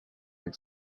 avec